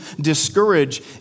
discourage